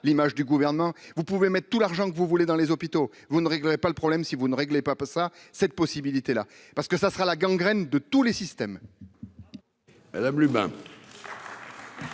l'image du gouvernement, vous pouvez mettre tout l'argent que vous voulez dans les hôpitaux, vous ne réglerait pas le problème, si vous ne réglez pas ça cette possibilité là, parce que ça sera la gangrène de tous les systèmes.